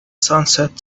sunset